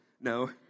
no